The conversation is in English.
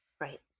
Right